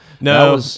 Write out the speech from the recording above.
no